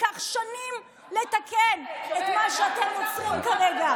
ייקח שנים לתקן את מה שאתם יוצרים כרגע.